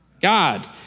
God